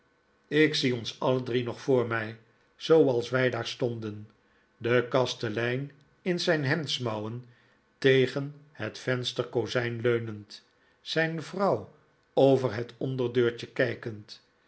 ik zie bns alle drie nog voor mij zooals wij ik lijd in stilte daar stonden de kastelein in zijn hemdsmouwen tegen het vensterkozijn leunend zijn vro uw over het onderdeurtje kijkend